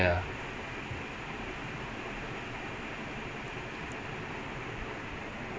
so அறுபது நிமிஷம்னா:arubathu nimishamnaa you will have almost like six thousand words